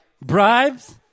bribes